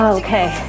okay